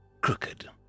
crooked